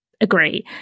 agree